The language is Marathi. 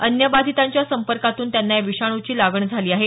अन्य बाधितांच्या संपर्कातून त्यांना या विषाणूची लागण झाली आहे